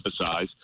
emphasize